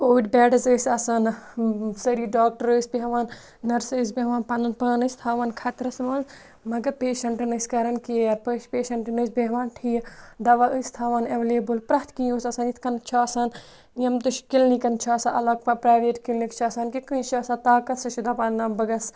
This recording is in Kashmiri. کووِڈ بٮ۪ڈٕز ٲسۍ آسان سٲری ڈاکٹر ٲسۍ بیٚہوان نٔرسہٕ ٲسۍ بیٚہوان پَنُن پان ٲسۍ تھاوان خطرَس منٛز مگر پیشَنٛٹَن ٲسۍ کَران کِیَر پیشَنٹَن ٲسۍ بیٚہوان ٹھیٖک دَوا ٲسۍ تھاوان اٮ۪وٮ۪لیبٕل پرٛٮ۪تھ کیٚنٛہہ اوس آسان یِتھ کٔنۍ چھِ آسان یِم تہِ چھِ کِلنِکَن چھِ آسان الگ پَتہٕ پرٛایویٹ کِلنِک چھِ آسان کہِ کٲنٛسہِ چھِ آسان طاقت سُہ چھِ دَپان نَہ بہٕ گژھٕ